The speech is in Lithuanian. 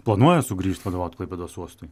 planuoja sugrįžt vadovaut klaipėdos uostui